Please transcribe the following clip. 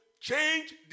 change